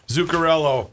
Zuccarello